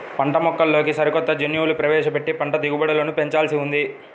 పంటమొక్కల్లోకి సరికొత్త జన్యువులు ప్రవేశపెట్టి పంట దిగుబడులను పెంచాల్సి ఉంది